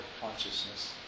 consciousness